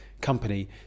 company